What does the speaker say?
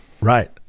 Right